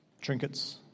Trinkets